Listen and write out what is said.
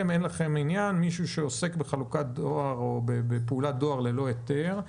מישהו שעוסק בחלוקת דואר או בפעולת דואר ללא היתר,